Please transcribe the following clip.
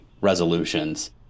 resolutions